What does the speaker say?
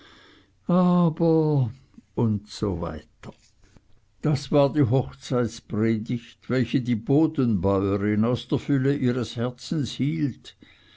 aber usw das war die hochzeitpredigt welche die bodenbäurin aus der fülle ihres herzens hielt